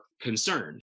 concerned